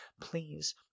please